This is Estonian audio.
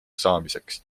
saamiseks